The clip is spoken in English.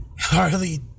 Harley